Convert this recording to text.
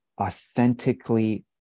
authentically